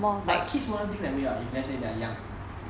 but kids wouldn't think that way lah if lets say they are young